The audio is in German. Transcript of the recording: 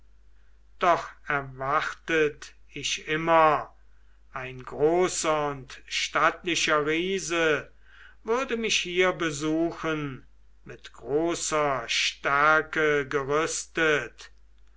doch erwartet ich immer ein großer und stattlicher riese würde mich hier besuchen mit großer stärke gerüstet